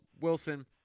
Wilson